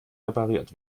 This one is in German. repariert